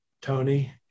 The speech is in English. Tony